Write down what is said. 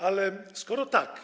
Ale skoro tak.